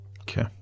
Okay